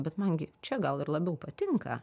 bet man gi čia gal ir labiau patinka